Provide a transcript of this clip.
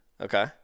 Okay